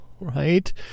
right